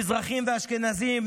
מזרחים ואשכנזים,